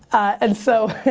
and so